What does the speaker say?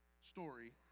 story